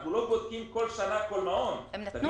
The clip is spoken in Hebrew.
אנחנו לא בודקים כל שנה כל מע"מ.